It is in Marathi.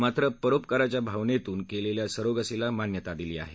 मात्र परोपकाराच्या भावनेतून केलेल्या सरोगसीला मान्यता दिली आहे